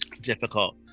difficult